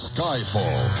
Skyfall